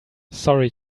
sorry